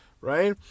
right